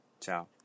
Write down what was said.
Ciao